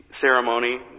ceremony